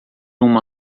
uma